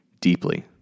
deeply